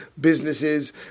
businesses